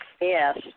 Yes